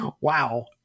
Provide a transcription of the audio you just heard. wow